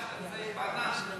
עד שזה,